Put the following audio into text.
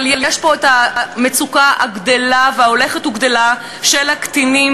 אבל יש פה המצוקה הגדלה וההולכת וגדלה של הקטינים